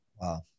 Wow